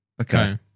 Okay